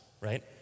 right